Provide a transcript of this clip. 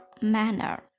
manner